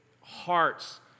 hearts